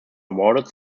awarded